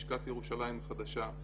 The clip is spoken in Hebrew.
לשכת ירושלים החדשה,